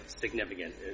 significant